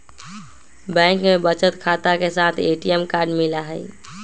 bank में बचत खाता के साथ ए.टी.एम कार्ड मिला हई